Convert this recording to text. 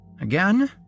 Again